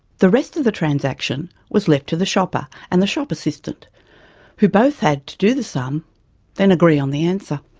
the rest of the transaction was left to the shopper and the shop assistant who both had to do the sum then agree on the answer.